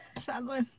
sadly